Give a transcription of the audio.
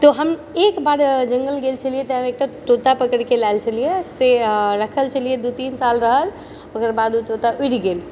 तऽ हम एक बार जङ्गल गेल छलिए तऽ हम एक टा तोता पकैड़के लायल छलियै से राखने छलिए दू तीन साल रहल ओकरबाद ओ तोता उड़ि गेल